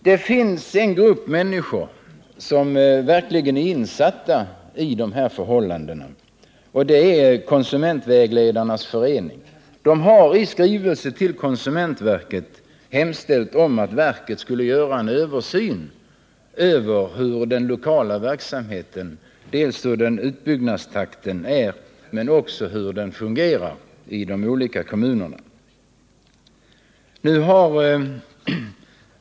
Det finns en grupp människor som verkligen är insatta i de här förhållandena. Det är Konsumentvägledarnas förening. Föreningen har i en skrivelse till konsumentverket hemställt om att verket skulle göra en översyn över den lokala verksamheten i fråga om utbyggnadstakt men också hur den fungerar i de olika kommunerna.